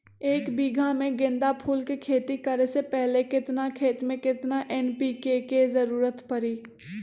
एक बीघा में गेंदा फूल के खेती करे से पहले केतना खेत में केतना एन.पी.के के जरूरत परी?